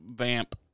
vamp